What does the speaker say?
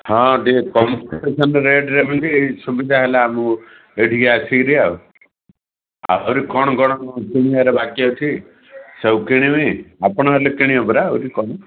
ହଁ ଟିକେ concession rate ଯେମିତି ସୁବିଧା ହେଲା ଆମୁକୁ ଏଠିକି ଆସିକିରି ଆଉ ଆହୁରି କ'ଣ କ'ଣ କିଣିବାରେ ବାକି ଅଛି ସବୁ କିଣିବି ଆପଣ ହେଲେ କିଣିବେ ପରା ଆହୁରି କ'ଣ